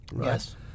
Yes